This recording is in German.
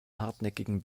hartnäckigen